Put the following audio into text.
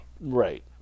Right